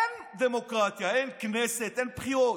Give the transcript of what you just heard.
אין דמוקרטיה, אין כנסת, אין בחירות.